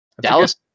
Dallas